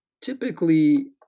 typically